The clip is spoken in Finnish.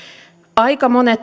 aika monet